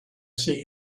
see